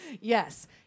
Yes